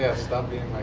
ah stop being